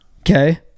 okay